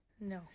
No